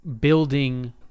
building